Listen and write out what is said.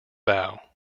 bow